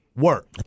work